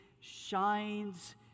shines